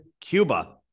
Cuba